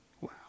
Wow